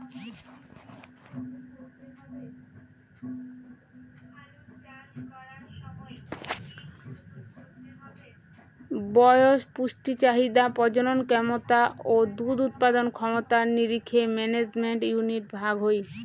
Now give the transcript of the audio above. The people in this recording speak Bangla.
বয়স, পুষ্টি চাহিদা, প্রজনন ক্যমতা ও দুধ উৎপাদন ক্ষমতার নিরীখে ম্যানেজমেন্ট ইউনিট ভাগ হই